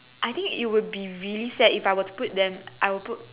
I think it would be really sad if I were to put them I would put